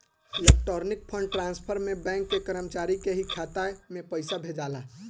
electronic fund transfer में bank के कर्मचारी के ही खाता में पइसा भेजाला